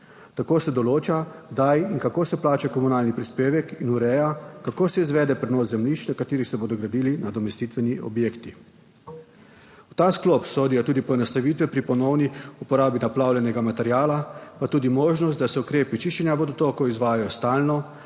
Tako se določa, kdaj in kako se plača komunalni prispevek, in ureja, kako se izvede prenos zemljišč, na katerih se bodo gradili nadomestitveni objekti. V ta sklop sodijo tudi poenostavitve pri ponovni uporabi naplavljenega materiala, pa tudi možnost, da se ukrepi čiščenja vodotokov izvajajo stalno,